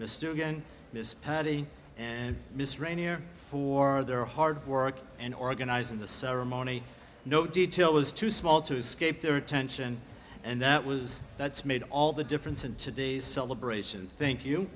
mr again miss patty and miss rainier who are there hard work and organizing the ceremony no detail is too small to escape their attention and that was that's made all the difference in today's celebration thank you